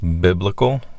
Biblical